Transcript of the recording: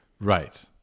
Right